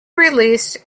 released